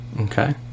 Okay